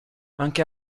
anche